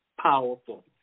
Powerful